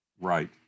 Right